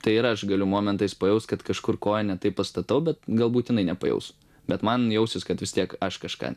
tai ir aš galiu momentais pajaust kad kažkur koją ne taip pastatau bet galbūt jinai nepajaus bet man jausis kad vis tiek aš kažką